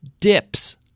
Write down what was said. Dips